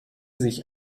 sich